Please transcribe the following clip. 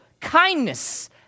kindness